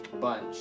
bunch